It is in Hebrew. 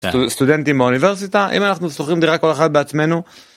סטודנטים באוניברסיטה אם אנחנו שוכרים דירה כל אחד בעצמנו.